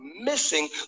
missing